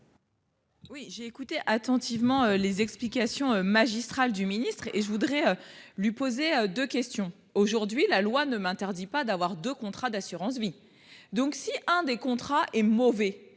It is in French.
Oui, j'ai écouté attentivement les explications magistrale du ministre et je voudrais lui poser de questions. Aujourd'hui, la loi ne m'interdit pas d'avoir de contrats d'assurance vie. Donc, si un des contrats est mauvais.